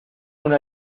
una